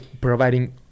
providing